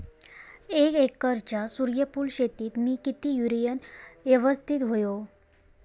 एक एकरच्या सूर्यफुल शेतीत मी किती युरिया यवस्तित व्हयो?